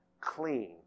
clean